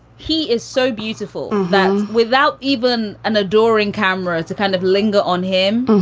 he is so beautiful and then without even an adoring camera to kind of linger on him.